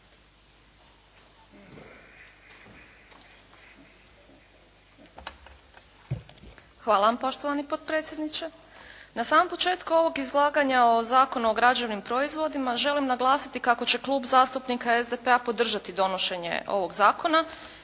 vam poštovani potpredsjedniče. Na samom početku ovog izlaganja o Zakonu o građevnim proizvodima želim naglasiti kako će Klub zastupnika SDP-a podržati donošenje ovog zakona